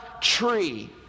tree